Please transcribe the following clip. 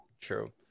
true